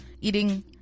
eating